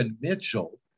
Mitchell